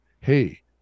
hey